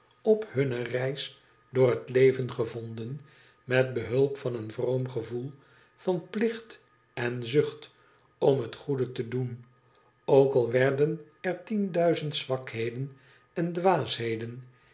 op hunne reis door het leven gevonden met behulp van een vroom ffevoel van plicht en de zucht om het goede te doen ook al werden er tien duizend zwakheden en dwaasheden